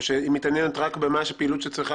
או שהיא מתעניינת רק בפעילות שצריכה